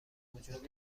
وجود